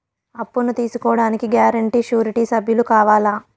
అప్పును తీసుకోడానికి guarantee, surety సభ్యులు కావాలా?